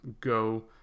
go